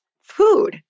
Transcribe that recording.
food